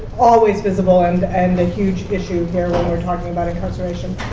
always visible, and and a huge issue here when we're talking about incarceration.